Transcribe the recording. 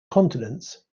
continents